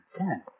understand